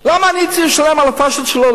למה אני צריך לשלם על הפשלות שלו,